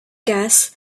gas